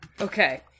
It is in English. Okay